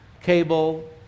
cable